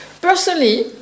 Personally